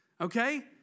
okay